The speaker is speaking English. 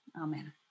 amen